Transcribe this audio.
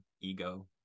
ego